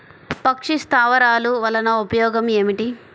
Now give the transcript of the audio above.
పక్షి స్థావరాలు వలన ఉపయోగం ఏమిటి?